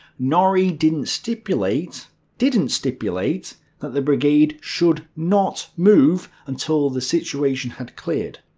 norrie didn't stipulate didn't stipulate that the brigade should not move until the situation had cleared.